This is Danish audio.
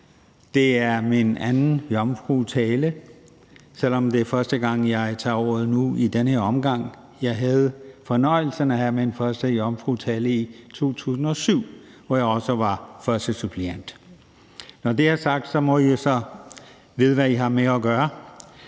Det er min anden ordførertale, selv om det er første gang, jeg tager ordet nu i den her omgang. Jeg havde fornøjelsen af min første tale, min jomfrutale, i 2007, hvor jeg også var førstesuppleant. Når det er sagt, ved I, hvad I har med at gøre.